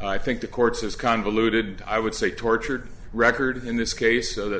i think the court's as convoluted i would say tortured record in this case so that